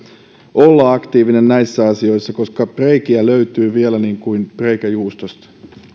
olla aktiivinen näissä asioissa koska reikiä löytyy vielä niin kuin reikäjuustosta